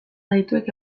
adituek